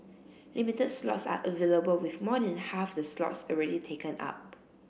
limited slots are available with more than half the slots already taken up